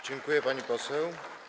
Dziękuję, pani poseł.